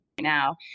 now